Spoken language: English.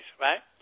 right